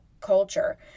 culture